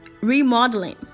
remodeling